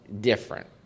different